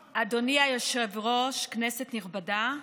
היושב-ראש, כנסת נכבדה,